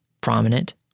Prominent